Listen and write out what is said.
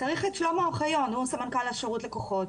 צריך את שלמה אוחיון, הוא סמנכ"ל שירות לקוחות.